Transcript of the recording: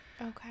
Okay